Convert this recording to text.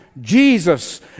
Jesus